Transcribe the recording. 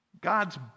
God's